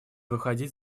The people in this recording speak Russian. выходить